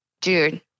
dude